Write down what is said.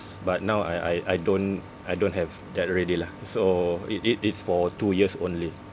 s~ but now I I I don't I don't have that already lah so it it it's for two years only